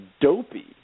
dopey